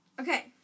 Okay